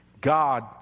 God